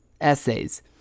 essays